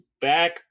back